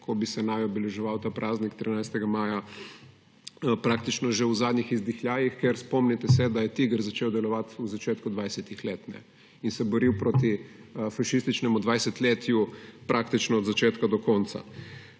ko bi se naj obeleževal ta praznik, praktično že v zadnjih izdihljajih. Spomnite se, da je TIGR začel delovati v začetku dvajsetih let in se boril proti fašističnemu dvajsetletju praktično od začetka do konca.